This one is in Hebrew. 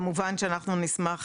כמובן שנשמח